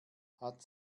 hat